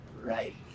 right